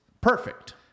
Perfect